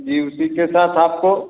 जी उसी के साथ आपको